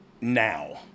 now